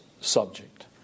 subject